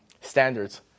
standards